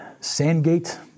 Sandgate